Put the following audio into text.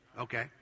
Okay